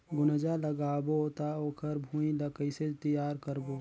गुनजा लगाबो ता ओकर भुईं ला कइसे तियार करबो?